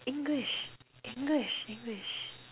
English English English